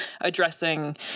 addressing